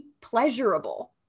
pleasurable